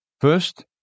First